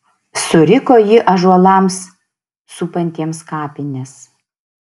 suriko ji ąžuolams supantiems kapines